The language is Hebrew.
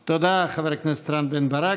תודה, חבר הכנסת רם בן ברק.